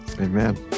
amen